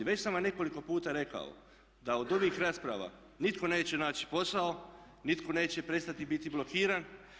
Već sam vam nekoliko puta rekao da od ovih rasprava nitko neće naći posao, nitko neće prestati biti blokiran.